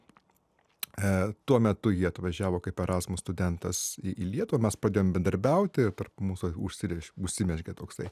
e tuo metu ji atvažiavo kaip erasmus studentas į į lietuvą mes padėjom bendarbiauti ir tarp mūsų užsirez užsimezgė toksai